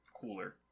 Cooler